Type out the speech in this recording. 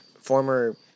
former